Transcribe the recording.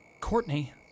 Courtney